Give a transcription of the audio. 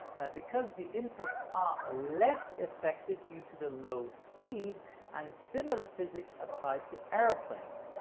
because the inputs are less effective due to the low speed and similar physics apply to airplanes,